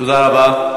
תודה רבה.